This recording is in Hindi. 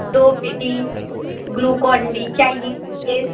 दो पेटी ग्लूकोन डी चाहिए